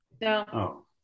No